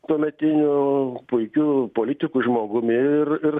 tuometiniu puikiu politiku žmogumi ir ir